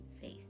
faith